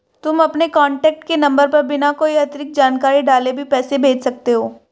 तुम अपने कॉन्टैक्ट के नंबर पर बिना कोई अतिरिक्त जानकारी डाले भी पैसे भेज सकते हो